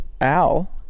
Al